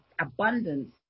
abundance